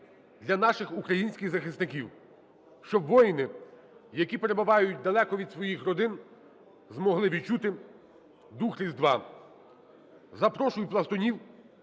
для наших українських захисників, щоб воїни, які перебувають далеко від своїх родин, змогли відчути дух Різдва. Запрошую пластунів